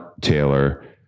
Taylor